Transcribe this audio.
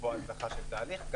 לקבוע הצלחה של תהליך.